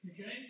Okay